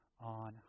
on